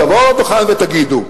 תבואו לדוכן ותגידו: